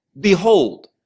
behold